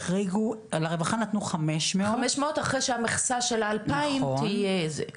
על הרווחה נתנו 500. 500 אחרי שהמכסה של ה-2,000 תהיה זה,